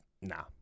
Nah